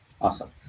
Awesome